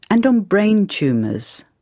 and on brain tumours.